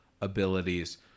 abilities